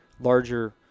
larger